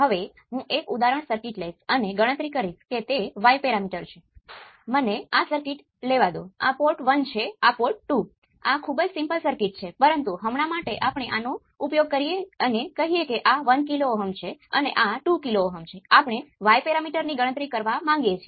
આ લેશન માં શું દોરી શકું તેના દ્વારા મર્યાદિત છે તેમાં સેંકડો કમ્પોનન્ટ હોઈ શકે છે